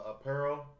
apparel